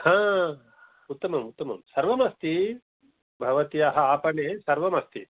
उत्तमम् उत्तमं सर्वम् अस्ति भवत्याः आपणे सर्वम् अस्ति